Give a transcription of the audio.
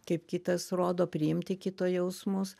kaip kitas rodo priimti kito jausmus